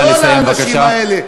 ולא לאנשים האלה.